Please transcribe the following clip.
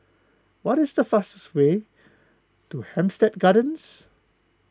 what is the fastest way to Hampstead Gardens